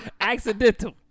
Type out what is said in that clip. Accidental